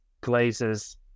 glazes